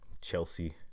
Chelsea